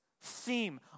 theme